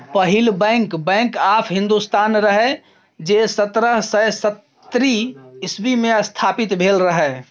पहिल bank, bank of Hindustan रहय जे सतरह सय सत्तरि इस्बी मे स्थापित भेल रहय